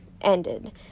ended